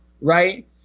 right